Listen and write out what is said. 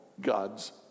God's